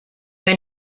wenn